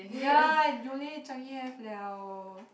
ya Yole Changi have [liao]